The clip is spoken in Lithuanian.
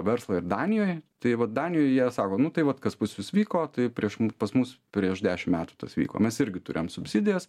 verslą ir danijoj tai va danijoj jie sako nu tai vat kas pas jus vyko tai prieš mu pas mus prieš dešim metų tas vyko mes irgi turėjom subsidijas